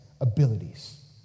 abilities